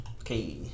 Okay